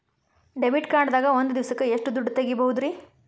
Debit card ದಾಗ ಒಂದ್ ದಿವಸಕ್ಕ ಎಷ್ಟು ದುಡ್ಡ ತೆಗಿಬಹುದ್ರಿ?